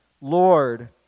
lord